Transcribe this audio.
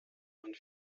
man